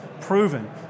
proven